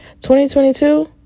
2022